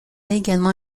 également